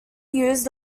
used